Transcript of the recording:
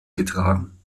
getragen